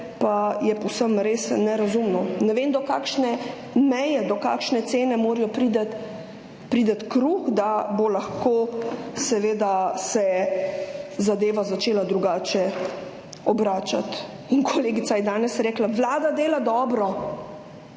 pa je res povsem nerazumno. Ne vem, do kakšne meje, do kakšne cene mora priti kruh, da se bo lahko, seveda, zadeva začela obračati drugače. In kolegica je danes rekla, vlada dela dobro,